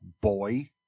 boy